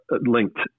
linked